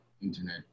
internet